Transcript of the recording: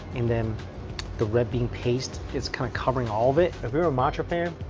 and um the red bean paste it's kind of covering all of it if you're a matcha fan